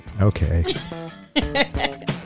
Okay